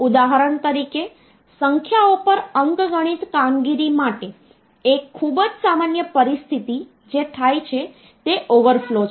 ઉદાહરણ તરીકે સંખ્યાઓ પર અંકગણિત કામગીરી માટે એક ખૂબ જ સામાન્ય પરિસ્થિતિ જે થાય છે તે ઓવરફ્લો છે